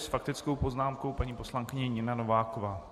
S faktickou poznámkou paní poslankyně Nina Nováková.